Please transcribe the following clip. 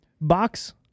Box